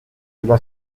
cela